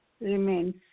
remains